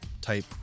type